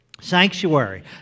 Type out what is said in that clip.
Sanctuary